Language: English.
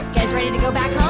guys ready to go back